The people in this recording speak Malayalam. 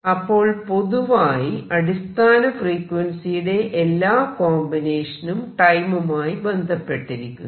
അപ്പോൾ പൊതുവായി അടിസ്ഥാന ഫ്രീക്വൻസിയുടെ എല്ലാ കോമ്പിനേഷനും ടൈമുമായി ബന്ധപ്പെട്ടിരിക്കുന്നു